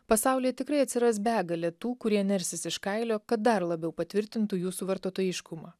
pasaulyje tikrai atsiras begalė tų kurie nersis iš kailio kad dar labiau patvirtintų jūsų vartotojiškumą